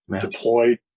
deployed